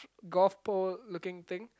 golf pole looking thing